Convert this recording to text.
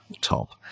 top